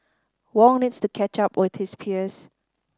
Wong needs to catch up with his peers